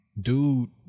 dude